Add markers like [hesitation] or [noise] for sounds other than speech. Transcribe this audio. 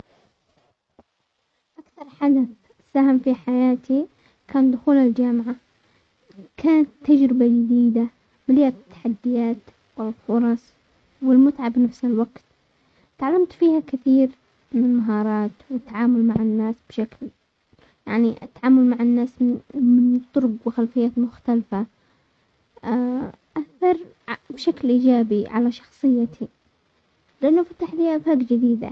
اكثر حدث ساهم في حياتي كان دخول الجامعة، كانت تجربة جديدة، مليئة التحديات وفرص والمتعة بنفس الوقت، تعلمت فيها كثير من مهارات والتعامل مع الناس بشكل يعني التعامل مع الناس بطرق وخلفيات مختلفة، [hesitation] اثر بشكل ايجابي على شخصيتي، لانه فتح لي افاق جديدة.